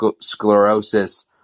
sclerosis